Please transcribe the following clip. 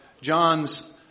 John's